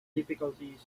difficulties